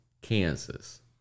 Kansas